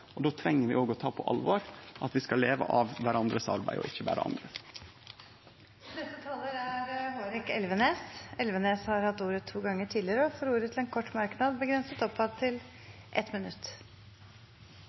og då treng vi òg å ta på alvor at vi skal leve av kvarandre sitt arbeid, ikkje berre andre sitt. Representanten Hårek Elvenes har hatt ordet to ganger tidligere og får ordet til en kort merknad, begrenset til